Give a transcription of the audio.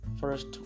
First